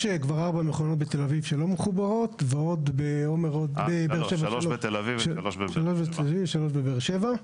יש כבר שלוש מכונות בתל אביב שלא מחוברות ושלוש בבאר שבע,